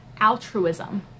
altruism